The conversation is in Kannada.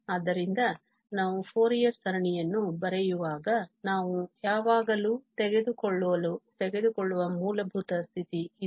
ಆದ್ದರಿಂದ ನಾವು ಫೋರಿಯರ್ ಸರಣಿಯನ್ನು ಬರೆಯುವಾಗ ನಾವು ಯಾವಾಗಲೂ ತೆಗೆದುಕೊಳ್ಳುವ ಮೂಲಭೂತ ಸ್ಥಿತಿ ಇದು